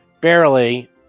Barely